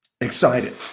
Excited